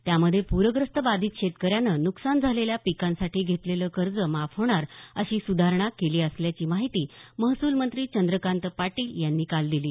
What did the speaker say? त्यामध्ये पूरग्रस्त बाधीत शेतकऱ्यानं नुकसान झालेल्या पिकांसाठी घेतलेलं कर्ज माफ होणार अशी सुधारणा केली असल्याची माहिती महसूल मंत्री चंद्रकांत पाटील यांनी काल दिली